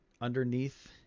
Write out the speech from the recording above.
underneath